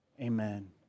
Amen